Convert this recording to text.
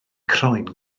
croen